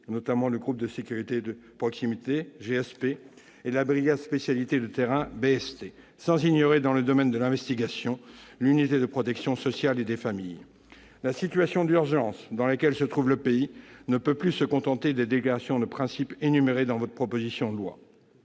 notamment le groupe de sécurité de proximité, le GSP, et la brigade spécialisée de terrain, la BST, sans ignorer, dans le domaine de l'investigation, l'unité de protection sociale et des familles. La situation d'urgence dans laquelle se trouve le pays mérite mieux que les déclarations de principes énumérées dans votre proposition de loi.